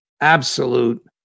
absolute